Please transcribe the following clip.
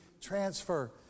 transfer